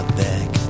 back